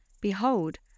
Behold